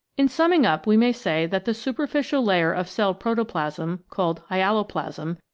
in summing up we may say that the super ficial layer of cell protoplasm, called hyaloplasm,